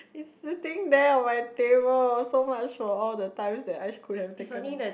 it's sitting there on my table so much for all the times that I could have taken